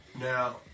Now